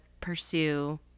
pursue